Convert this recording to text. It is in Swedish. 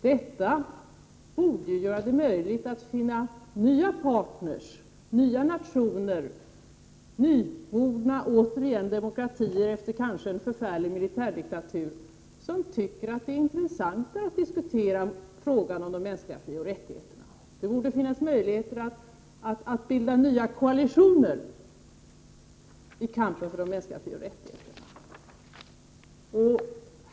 Detta borde göra det möjligt att finna nya partner, nya nationer, nyvordna demokratier efter en kanske förfärlig militärdiktatur, partner som kanske tycker att det är intressant att diskutera frågan om de mänskliga frioch rättigheterna. Man borde kunna bilda nya koalitioner i kampen för de mänskliga frioch rättigheterna.